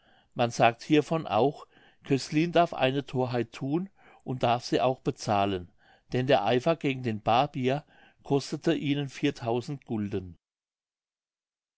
man sagt hiervon auch cöslin darf eine thorheit thun und darf sie auch bezahlen denn der eifer gegen den barbier kostete ihnen gulden